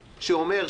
זה ממש לא המצב.